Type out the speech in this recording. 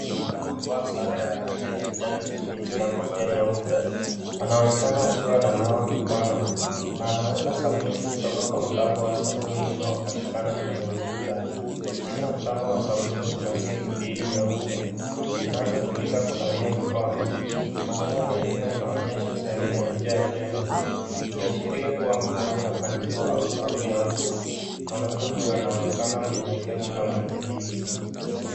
Mwanamume amevaa sare ya rangi ya kijani kibichi, na kofia nyeupe. Anaonekana akiwa ananawa mikono, na anaweka sabuni kutoka kwa mtambo wa sabuni unaopatikana kwenye ukuta. Chini ya mtambo wa sabuni kuna sinki mbili nyeupe, zinazotumika kunawia mikono. Mandhari ya nyuma inaonyesha sehemu ya nje ya jengo, ikiashiria kuwa mahali hapa ni choo au bafu ya umma. Mwanaume huyu anaonekana mnyenyekevu na mwenye bidii.